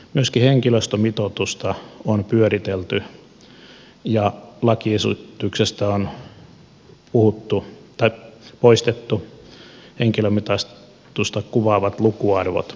myöskin henkilöstömitoitusta on pyöritelty ja lakiesityksestä on poistettu henkilömitoitusta kuvaavat lukuarvot